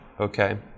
Okay